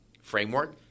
framework